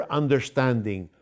understanding